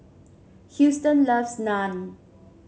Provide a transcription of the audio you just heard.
Houston loves Naan